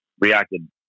reacted